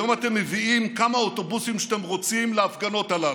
היום אתם מביאים כמה אוטובוסים שאתם רוצים להפגנות הללו.